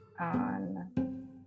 on